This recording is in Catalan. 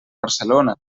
barcelona